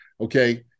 Okay